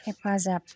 हेफाजाब